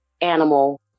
animal